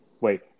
wait